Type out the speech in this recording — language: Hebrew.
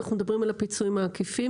אנחנו מדברים על הפיצויים העקיפים,